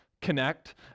connect